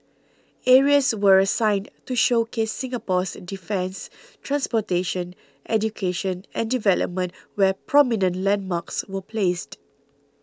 areas were assigned to showcase Singapore's defence transportation education and development where prominent landmarks were placed